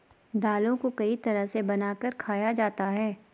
दालों को कई तरह से बनाकर खाया जाता है